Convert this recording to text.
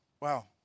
Wow